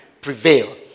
prevail